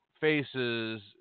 faces –